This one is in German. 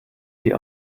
die